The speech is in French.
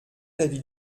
l’avis